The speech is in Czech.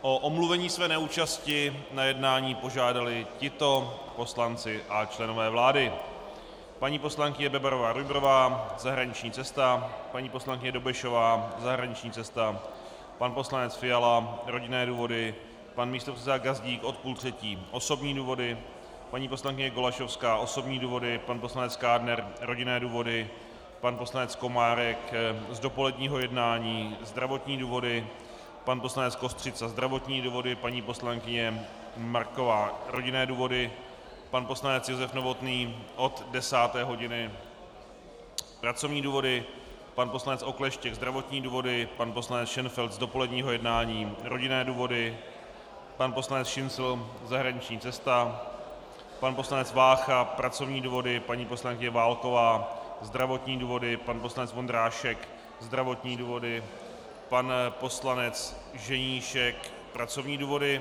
O omluvení své neúčasti na jednání požádali tito poslanci a členové vlády: paní poslankyně BebarováRujbrová zahraniční cesta, paní poslankyně Dobešová zahraniční cesta, pan poslanec Fiala rodinné důvody, pan místopředseda Gazdík od půl třetí osobní důvody, paní poslankyně Golasowská osobní důvody, pan poslanec Kádner rodinné důvody, pan poslanec Komárek z dopoledního jednání zdravotní důvody, pan poslanec Kostřica zdravotní důvody, paní poslankyně Marková rodinné důvody, pan poslanec Josef Novotný od desáté hodiny pracovní důvody, pan poslanec Okleštěk zdravotní důvody, pan poslanec Šenfeld z dopoledního jednání rodinné důvody, pan poslanec Šincl zahraniční cesta, pan poslanec Vácha pracovní důvody, paní poslankyně Válková zdravotní důvody, pan poslanec Vondrášek zdravotní důvody, pan poslanec Ženíšek pracovní důvody.